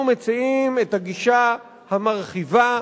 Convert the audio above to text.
אנחנו מציעים את הגישה המרחיבה,